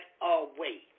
away